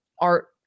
art